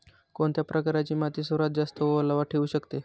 कोणत्या प्रकारची माती सर्वात जास्त ओलावा ठेवू शकते?